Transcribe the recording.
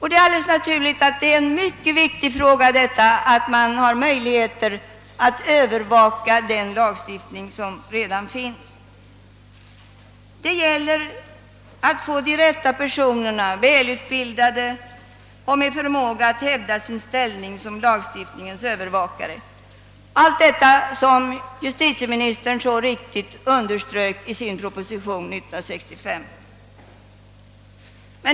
Det är tydligen mycket viktigt att man har möjlighet att övervaka efterlevnaden av redan befintlig lagstiftning med hjälp av personer som är väl utbildade och har förmåga att hävda sin ställning som lagstiftningens övervakare, allt detta som justitieministern så riktigt underströk i sin proposition 1965.